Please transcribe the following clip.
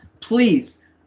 please